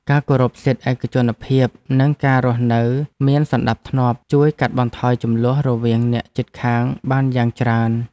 ការគោរពសិទ្ធិឯកជនភាពនិងការរស់នៅមានសណ្តាប់ធ្នាប់ជួយកាត់បន្ថយជម្លោះរវាងអ្នកជិតខាងបានយ៉ាងច្រើន។